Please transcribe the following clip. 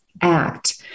act